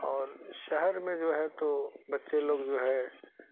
اور شہر میں جو ہے تو بچے لوگ جو ہے